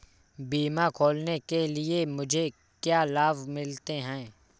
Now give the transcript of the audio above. बीमा खोलने के लिए मुझे क्या लाभ मिलते हैं?